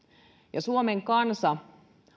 ja suomen kansa